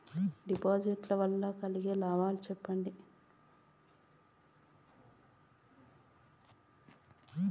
డిపాజిట్లు లు వల్ల కలిగే లాభాలు సెప్పండి?